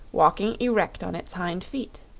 walking erect on its hind feet.